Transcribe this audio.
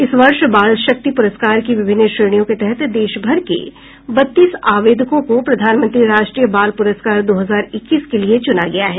इस वर्ष बाल शक्ति पुरस्कार की विभिन्न श्रेणियों के तहत देशभर के बत्तीस आवेदकों को प्रधानमंत्री राष्ट्रीय बाल पुरस्कार दो हजार इक्कीस के लिए चुना गया है